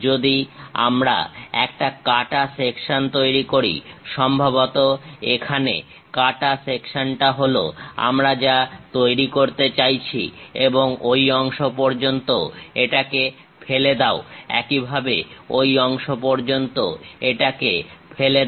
যদি আমরা একটা কাটা সেকশন তৈরি করি সম্ভবত এখানে কাটা সেকশনটা হলো আমরা যা তৈরি করতে চাইছি ঐ অংশ পর্যন্ত এটাকে ফেলে দাও একইভাবে ঐ অংশ পর্যন্ত এটাকে ফেলে দাও